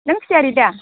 नों पियालि दा